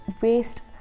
waste